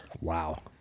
Wow